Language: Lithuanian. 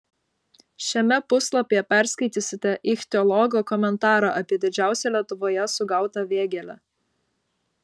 šiame puslapyje perskaitysite ichtiologo komentarą apie didžiausią lietuvoje sugautą vėgėlę